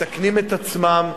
מסכנים את עצמם,